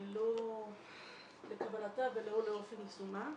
לא לקבלתה ולא לאופן יישומה.